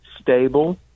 stable